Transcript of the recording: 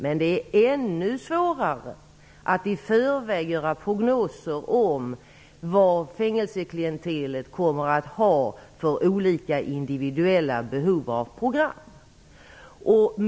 Men det är ännu svårare att i förväg göra prognoser om vilka olika individuella behov av program som fängelseklientelet kommer att ha.